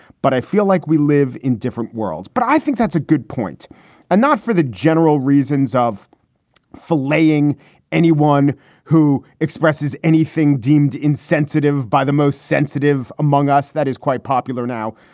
but i feel like we live in different worlds. but i think that's a good point and not for the general reasons of flaying anyone who expresses anything deemed insensitive by the most sensitive among us. that is quite popular now.